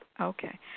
Okay